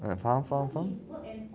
ah faham faham faham